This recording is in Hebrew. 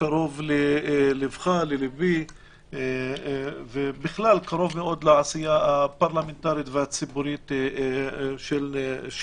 שקרוב לליבך ולליבי ובכלל קרוב מאוד לעשייה הפרלמנטרית והציבורית שלנו.